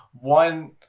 one